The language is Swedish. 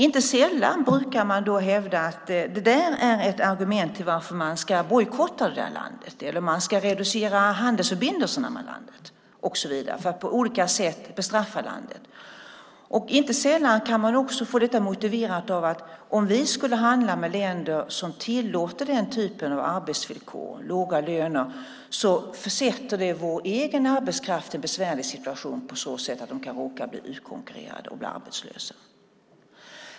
Inte sällan brukar det hävdas att det där är ett argument för att bojkotta eller för att reducera handelsförbindelserna med ett sådant land och så vidare och på olika sätt bestraffa landet i fråga. Inte sällan kan man få detta motiverat med att vår egen arbetskraft om vi handlade med länder som tillåter den typen av arbetsvillkor och låga löner skulle försättas i en besvärlig situation på så sätt att människor då kan råka bli utkonkurrerade och arbetslösa.